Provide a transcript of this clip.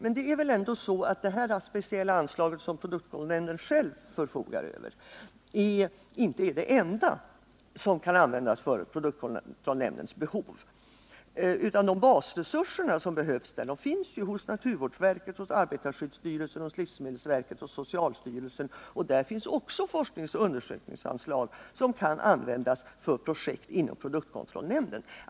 Men det är väl ändå så att det speciella anslag som produktkontrollnämnden själv förfogar över inte är det enda som kan användas för produktkontrollnämndens behov, utan de basresurser som behövs där finns ju hos naturvårdsverket, arbetarskyddsstyrelsen, livsmedelsverket och socialstyrelsen. Där finns också forskningsoch undersökningsanslag som kan användas för projekt inom produktkontrollnämnden.